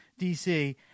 DC